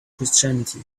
christianity